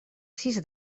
sis